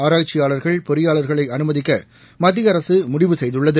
ஆராய்ச்சியாளர்கள் பொறியாளர்களை அனுமதிக்கமத்திய அரசு முடிவு செய்துள்ளது